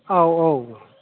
औ औ